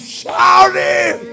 shouting